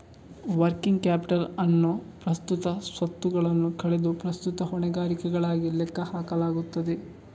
working capital ಅನ್ನು ಪ್ರಸ್ತುತ ಸ್ವತ್ತುಗಳನ್ನು ಕಳೆದು ಪ್ರಸ್ತುತ ಹೊಣೆಗಾರಿಕೆಗಳಾಗಿ ಲೆಕ್ಕ ಹಾಕಲಾಗುತ್ತದೆ